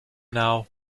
now